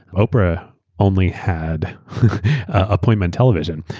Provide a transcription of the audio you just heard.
oprah only had appointment television,